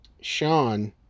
Sean